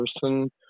person